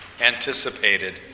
anticipated